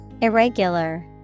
IRREGULAR